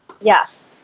Yes